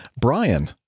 Brian